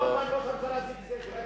כמה ראש הממשלה זיגזג?